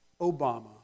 Obama